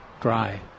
dry